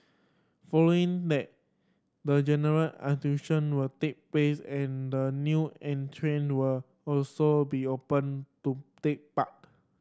following that the general will take place and the new entrant will also be open to take part